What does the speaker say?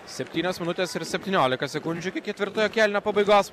septynios minutės ir septyniolika sekundžių iki ketvirtojo kėlinio pabaigos